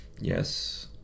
Yes